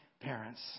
parents